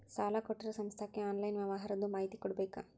ಸಾಲಾ ಕೊಟ್ಟಿರೋ ಸಂಸ್ಥಾಕ್ಕೆ ಆನ್ಲೈನ್ ವ್ಯವಹಾರದ್ದು ಮಾಹಿತಿ ಕೊಡಬೇಕಾ?